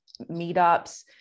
meetups